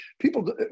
people